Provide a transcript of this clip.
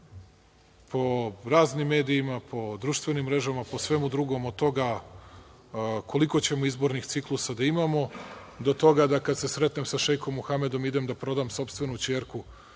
po raznim medijama, po društvenim mrežama, po svemu drugom, od toga koliko ćemo izbornih ciklusa da imamo, do toga kada se sretnem sa šeikom Muhamedom idem da prodam sopstvenu ćerku